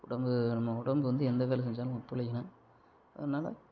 உடம்பு ஒன்றும் உடம்பு வந்து எந்த வேலை செஞ்சாலும் ஒத்துழைக்கலை அதனால